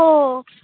हो